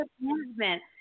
management